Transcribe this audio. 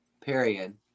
Period